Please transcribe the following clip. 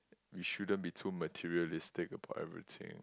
we shouldn't be too materialistic about everything